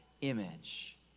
image